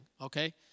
Okay